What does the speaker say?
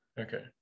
Okay